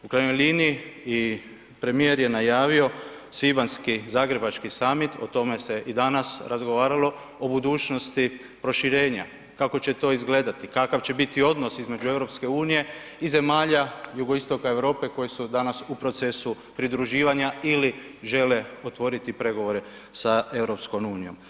U krajnjoj liniji i premijer je najavio svibanjski Zagrebački summit o tome se i danas razgovaralo o budućnosti proširenja, kako će to izgledati, kakav će biti odnos između EU i zemalja Jugoistoka Europe koji su od danas u procesu pridruživanja ili žele otvoriti pregovore sa EU.